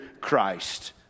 Christ